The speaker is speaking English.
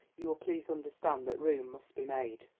you will please understand that room must be made.